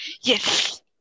Yes